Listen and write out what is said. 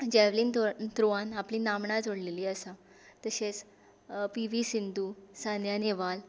javelin तो थ्रोआन आपली नामनां जोडलेलीं आसा तशेंच पीवी सिंदू सानया नेहवाल